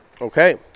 Okay